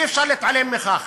אי-אפשר להתעלם מכך.